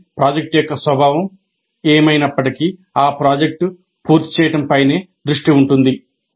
కానీ ప్రాజెక్ట్ యొక్క స్వభావం ఏమైనప్పటికీ ఆ ప్రాజెక్ట్ పూర్తి చేయడంపై దృష్టి ఉంటుంది